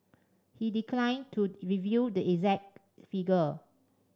he declined to reveal the exact figure